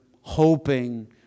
hoping